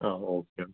ആ ഓക്കെ